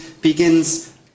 begins